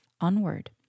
onward